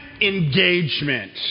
engagement